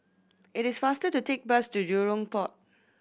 it is faster to take bus to Jurong Port